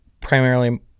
primarily